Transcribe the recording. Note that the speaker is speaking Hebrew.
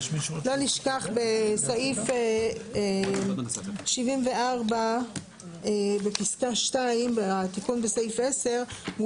לא לשכוח בסעיף 74 בפסקה (2) התיקון בסעיף 10 לחוק ביטוח בריאות ממלכתי,